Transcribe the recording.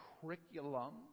curriculum